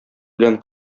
белән